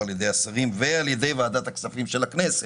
על ידי השרים ועל ידי ועדת הכספים של הכנסת".